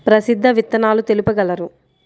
ప్రసిద్ధ విత్తనాలు తెలుపగలరు?